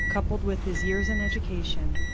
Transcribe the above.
coupled with his years in education,